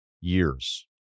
years